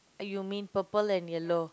uh you mean purple and yellow